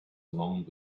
along